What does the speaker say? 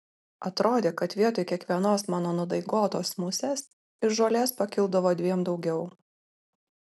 atrodė kad vietoj kiekvienos mano nudaigotos musės iš žolės pakildavo dviem daugiau